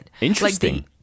Interesting